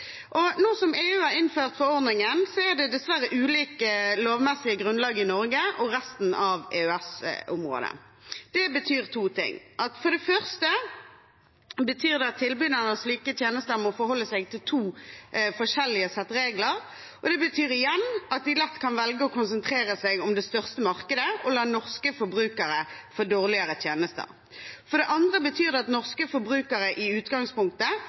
Nå som EU har innført forordningen, er det dessverre ulikt lovmessig grunnlag i Norge og resten av EØS-området. Det betyr to ting. For det første betyr det at tilbyderne av slike tjenester må forholde seg til to forskjellige sett regler, og det betyr igjen at de lett kan velge å konsentrere seg om det største markedet og la norske forbrukere få dårligere tjenester. For det andre betyr det at norske forbrukere i utgangspunktet